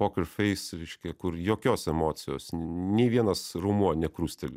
poker feis reiškia kur jokios emocijos nei vienas raumuo nekrusteli